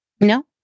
No